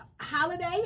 Holiday